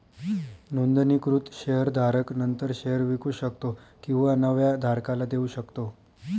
नोंदणीकृत शेअर धारक नंतर शेअर विकू शकतो किंवा नव्या धारकाला देऊ शकतो